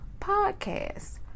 podcast